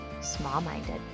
small-minded